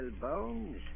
Bones